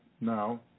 now